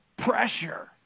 pressure